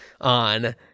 on